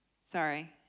sorry